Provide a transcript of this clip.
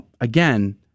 again